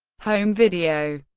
home video